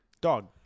Dog